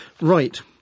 Right